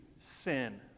sin